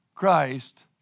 Christ